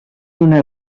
una